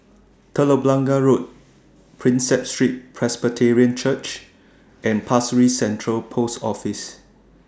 Telok Blangah Road Prinsep Street Presbyterian Church and Pasir Ris Central Post Office